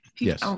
Yes